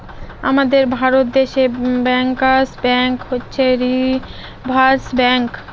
আমাদের ভারত দেশে bankers bank হচ্ছে রিসার্ভ ব্যাঙ্ক